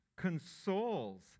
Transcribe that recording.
consoles